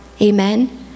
Amen